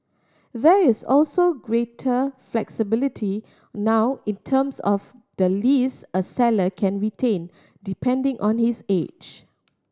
there is also greater flexibility now in terms of the lease a seller can retain depending on his age